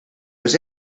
was